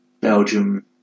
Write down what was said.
Belgium